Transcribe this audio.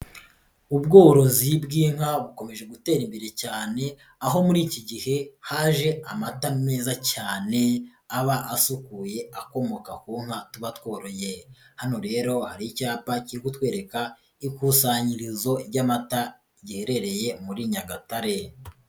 Ubworozi bw'inka bukomeje gutera imbere, cyane aho muri iki gihe haje amata meza cyane aba asukuye akomoka ku nka tuba tworoye. Hano rero hari icyapa kiri kutwereka ikusanyirizo ry'amata giherereye muri Nyagatare.